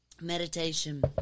Meditation